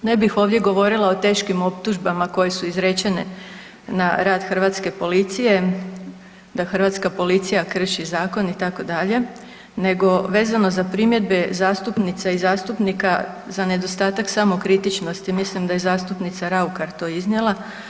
Ne bih ovdje govorila o teškim optužbama koje su izrečene na rad hrvatske policije, da hrvatska policija krši zakon itd., nego vezano za primjedbe zastupnica i zastupnika za nedostatak samokritičnosti, mislim da je zastupnica Raukar to iznijela.